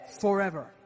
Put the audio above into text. forever